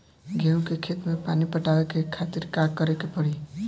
गेहूँ के खेत मे पानी पटावे के खातीर का करे के परी?